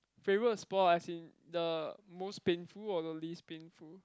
favorite spot as in the most painful or the least painful